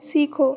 सीखो